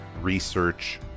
research